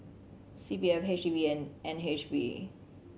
C P F H D B and N H B